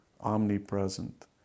omnipresent